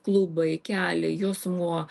klubai keliai juosmuo